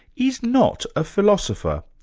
is not a philosopher,